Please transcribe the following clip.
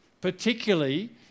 Particularly